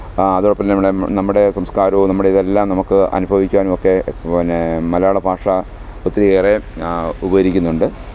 അതോടൊപ്പം നമ്മുടെ സംസ്കാരവും നമ്മുടെ ഇതെല്ലാം നമ്മൾക്ക് അനുഭവിക്കാനുമൊക്കെ പിന്നെ മലയാള ഭാഷ ഒത്തിരിയേറെ ഉപകരിക്കുന്നുണ്ട്